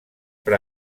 per